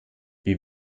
wie